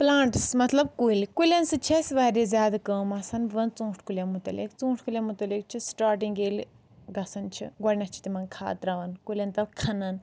plants مطلب کُلۍ کُلؠن سۭتۍ چھُ اَسہِ واریاہ زیادٕ کٲم آسان بہٕ وَنہٕ ژوٗنٹھۍ کُلیٚن متعلق ژوٗنٹھۍ کُلٮ۪ن متعلق چھ سِٹاٹنٛک ییٚلہِ گژھان چھِ گۄڈنؠتھٕے چھ تِمن کھاد ترٛاوان کُلؠن تَل کَھنان